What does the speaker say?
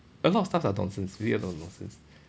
a lot of stuff are nonsense really a lot of nonsense